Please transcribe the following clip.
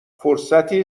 فرصتی